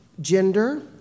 gender